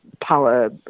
power